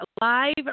live